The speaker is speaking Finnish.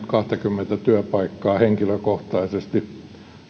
kahtakymmentä työpaikkaa henkilökohtaisesti